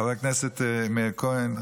חבר הכנסת מאיר כהן,